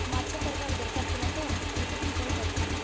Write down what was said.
ମାଛ ତରକାରୀ ଦରକାର ଥିଲା ତ ସେଥିପାଇଁ କଲ କରିଥିଲି